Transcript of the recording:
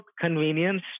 convenience